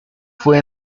fue